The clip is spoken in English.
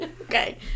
Okay